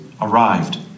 arrived